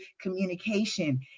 communication